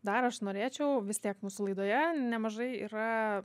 dar aš norėčiau vis tiek mūsų laidoje nemažai yra